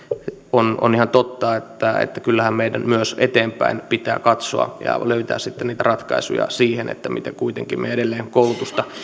on on ihan totta että kyllähän meidän myös eteenpäin pitää katsoa ja löytää sitten niitä ratkaisuja siihen miten me kuitenkin edelleen koulutusta